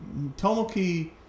Tomoki